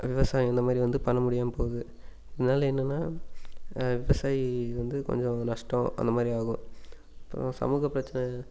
விவசாயம் இந்த மாதிரி வந்து பண்ண முடியாமல் போகுது இதனால் என்னென்னால் விவசாயி வந்து கொஞ்சம் நஷ்டம் அந்த மாதிரி ஆகும் இப்போது சமூகப் பிரச்சனை